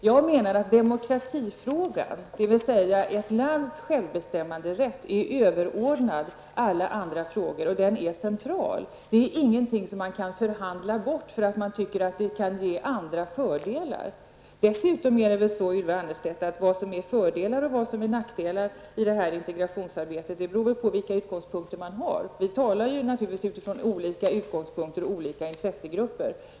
Jag menar att demokratifrågan, dvs. ett lands självbestämmanderätt, är överordnad alla andra frågor, och den är central. Det är ingenting som man kan förhandla bort därför att man tycker att det kan ge andra fördelar. Och vad som är fördelar och vad som är nackdelar i detta integrationsarbete, Ylva Annerstedt, beror väl dessutom på vilka utgångspunkter man har. Vi talar naturligtvis utifrån olika utgångspunkter och olika intressegrupper.